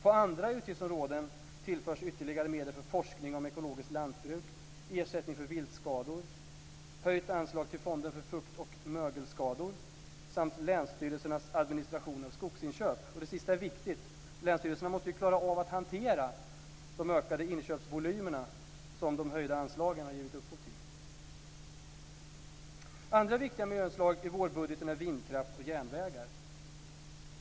På andra utgiftsområden tillförs ytterligare medel för forskning om ekologiskt lantbruk, ersättning för viltskador, höjt anslag till fonden för fukt och mögelskador samt länsstyrelsernas administration av skogsinköp. Det sista är viktigt. Länsstyrelserna måste ju klara av att hantera de ökade inköpsvolymerna som de höjda anslagen har gett upphov till. Andra viktiga miljöinslag i vårbudgeten är vindkraft och järnvägar.